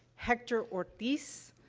hector ortiz,